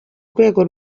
rwego